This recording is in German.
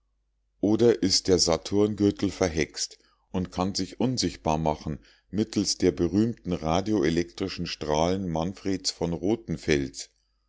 oder ist der saturngürtel verhext und kann sich unsichtbar machen mittelst der berühmten radioelektrischen strahlen manfreds von rothenfels